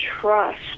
trust